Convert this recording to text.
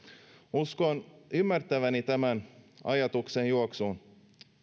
uskon ymmärtäväni tämän ajatuksenjuoksun